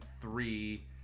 three